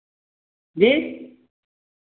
जी